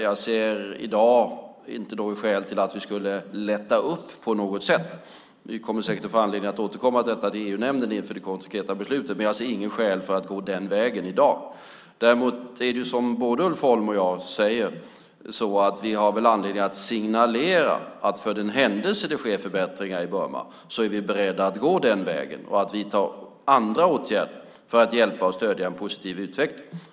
Jag ser i dag inte något skäl till att lätta upp på något sätt. Vi kommer säkert att få anledning att återkomma till detta i EU-nämnden inför det konkreta beslutet, men jag ser inga skäl till att gå den vägen i dag. Däremot har vi, som både Ulf Holm och jag säger, anledning att signalera att för den händelse det sker förbättringar i Burma är vi beredda att gå den vägen och vidta andra åtgärder för att hjälpa och stödja en positiv utveckling.